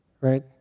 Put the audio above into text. right